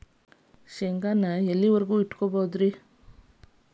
ಶೇಂಗಾವನ್ನು ಎಲ್ಲಿಯವರೆಗೂ ಇಟ್ಟು ಕೊಳ್ಳಬಹುದು ರೇ?